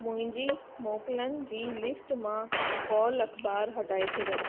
मुंहिंजी मोकलनि जी लिस्ट मां कॉल अख़बार हटाए छॾियो